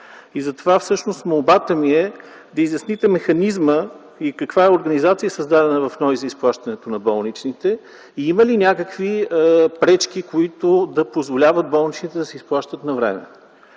този въпрос. Молбата ми е да изясните механизма и каква организация е създадена в НОИ за изплащане на болничните. Има ли пречки, които да не позволяват болничните да се изплащат навреме?